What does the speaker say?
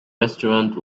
restaurant